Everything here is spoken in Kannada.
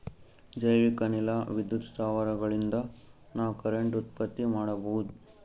ಜೈವಿಕ್ ಅನಿಲ ವಿದ್ಯುತ್ ಸ್ಥಾವರಗಳಿನ್ದ ನಾವ್ ಕರೆಂಟ್ ಉತ್ಪತ್ತಿ ಮಾಡಬಹುದ್